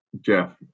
Jeff